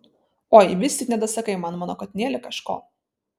oi vis tik nedasakai man mano katinėli kažko